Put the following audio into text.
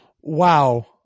Wow